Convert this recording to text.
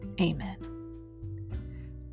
Amen